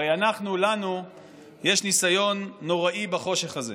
הרי לנו יש ניסיון נוראי בחושך הזה.